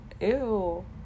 ew